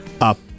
up